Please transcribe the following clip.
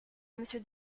monsieur